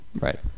right